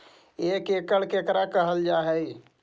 एक एकड़ केकरा कहल जा हइ?